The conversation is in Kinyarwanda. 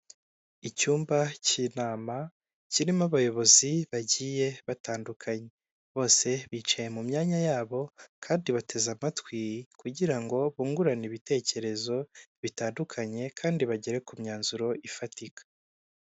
Icyumba cy'inama kirimo abayobozi bagiye batandukanye, bose bicaye mu myanya yabo, kandi bateze amatwi kugira ngo bungurane ibitekerezo bitandukanye, kandi bagere ku myanzuro ifatika.